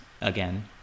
again